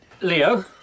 Leo